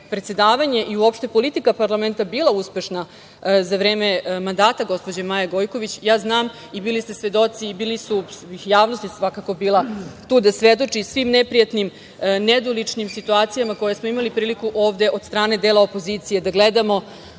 predsedavanje i uopšte politika parlamenta je bila uspešna za vreme mandata gospođe Maje Gojković, znam i bili ste svedoci, javnost je svakako bila tu da svedoči i svim neprijatnim, nedoličnim situacijama koje smo imali priliku ovde od strane dela opozicije da gledamo,